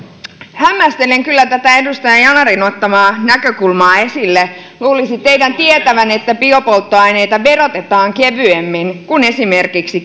hämmästelen kyllä tätä edustaja yanarin esille ottamaa näkökulmaa luulisi teidän tietävän että biopolttoaineita verotetaan kevyemmin kuin esimerkiksi